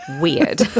weird